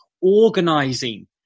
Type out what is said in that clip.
organizing